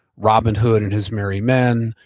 robin hood and his merry men,